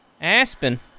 Aspen